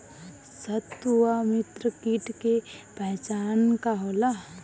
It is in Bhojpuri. सत्रु व मित्र कीट के पहचान का होला?